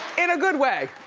in a good way.